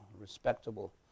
respectable